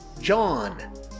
John